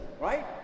right